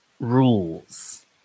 rules